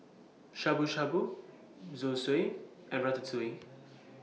Shabu Shabu Zosui and Ratatouille